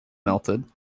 melted